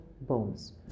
bones